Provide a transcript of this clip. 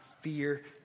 fear